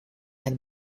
and